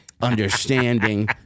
understanding